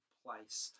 place